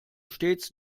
stets